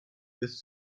lässt